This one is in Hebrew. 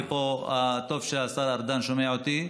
ופה טוב שהשר ארדן שומע אותי.